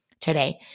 today